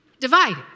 divided